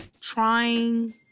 trying